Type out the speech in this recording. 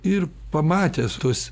ir pamatęs tuos